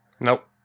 Nope